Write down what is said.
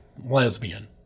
lesbian